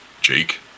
jake